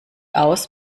aus